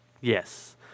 Yes